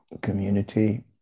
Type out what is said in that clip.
community